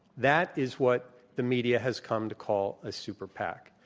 that is what the media has come to call a super pac.